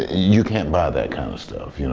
ah you can't buy that kind of stuff.